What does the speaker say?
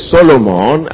Solomon